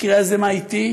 במקרה הזה מה אתי,